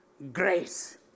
Grace